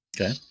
Okay